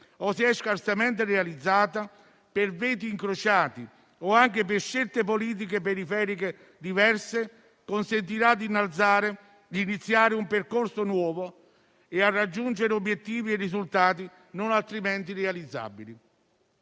o si è scarsamente realizzata per veti incrociati o anche per scelte politiche periferiche diverse, consentirà di iniziare un percorso nuovo e di raggiungere obiettivi e risultati non altrimenti realizzabili.